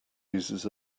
uses